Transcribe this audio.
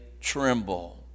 tremble